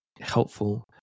helpful